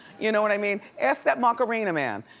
you know what i mean? ask that macarena man.